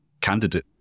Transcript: candidate